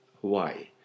Hawaii